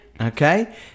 Okay